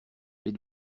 les